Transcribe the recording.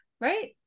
right